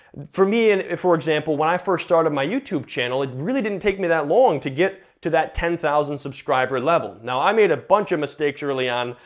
for me, and for example, when i first started my youtube channel, it really didn't take me that long to get to that ten thousand subscriber level. now, i made a bunch of mistakes early on,